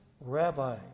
rabbi